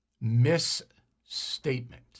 misstatement